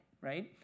right